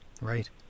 Right